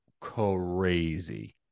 crazy